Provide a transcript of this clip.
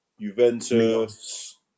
Juventus